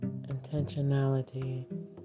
Intentionality